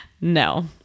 No